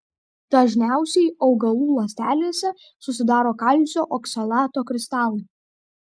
dažniausiai augalų ląstelėse susidaro kalcio oksalato kristalai